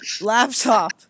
laptop